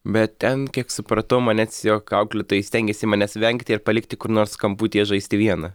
bet ten kiek supratau manęs tiesiog auklėtojai stengėsi manęs vengti ir palikti kur nors kamputyje žaisti vieną